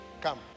come